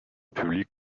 public